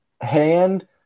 hand